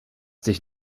dich